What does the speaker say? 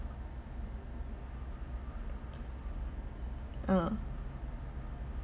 uh